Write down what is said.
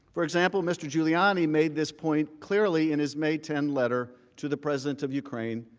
for example mister giuliani made this point clearly in his may ten letter to the president of ukraine,